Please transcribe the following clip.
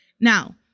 Now